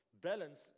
balance